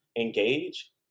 engage